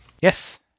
Yes